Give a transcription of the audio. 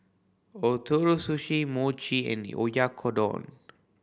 Ootoro Sushi Mochi and Oyakodon